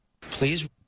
Please